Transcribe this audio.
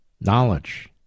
Knowledge